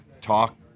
talk